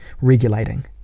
regulating